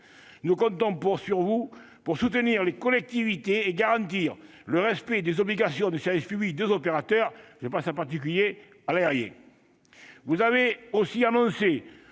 Nous comptons sur vous pour soutenir les collectivités et garantir le respect des obligations de service public des opérateurs. Je pense en particulier à l'aérien. Très bien ! Vous avez aussi annoncé